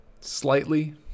slightly